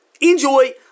Enjoy